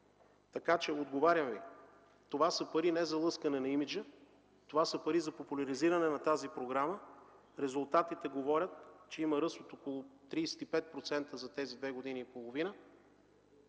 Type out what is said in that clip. Така че, отговарям Ви, че това са пари не за лъскане на имиджа. Това са пари за популяризиране на тази програма. Резултатите говорят, че има ръст от около 35% за тези две години и половина.